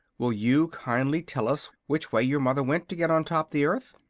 will you kindly tell us which way your mother went to get on top the earth?